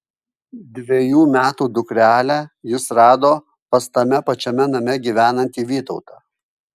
dvejų metų dukrelę jis rado pas tame pačiame name gyvenantį vytautą